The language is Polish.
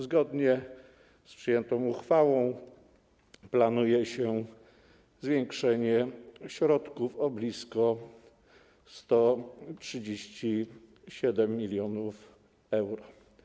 Zgodnie z przyjętą uchwałą planuje się zwiększenie środków o blisko 137 mln euro.